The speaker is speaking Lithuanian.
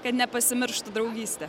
kad nepasimirštų draugystė